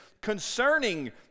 concerning